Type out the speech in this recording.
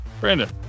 Brandon